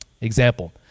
Example